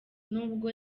nubwo